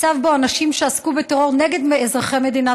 מצב שבו אנשים שעסקו בטרור נגד אזרחי מדינת